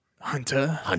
Hunter